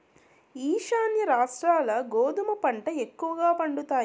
ఈశాన్య రాష్ట్రాల్ల గోధుమ పంట ఎక్కువగా పండుతాయి